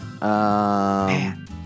Man